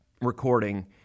recording